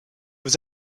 was